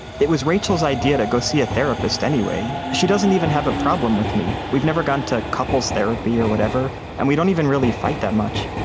that was rachel's idea to go see a therapist anyway. she doesn't even have a problem with me. we've never gone to couples therapy or whatever and we don't even really fight that much.